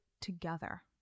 together